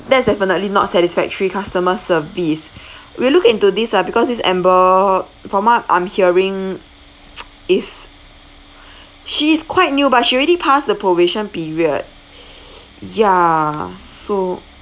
that's definitely not satisfactory customer service we'll look into this ah because this amber from what I'm hearing is she is quite new but she already passed the probation period ya so